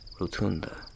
Rotunda